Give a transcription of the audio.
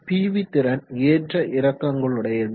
PV திறன் ஏற்ற இறக்கங்களுடையது